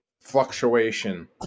fluctuation